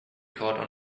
caught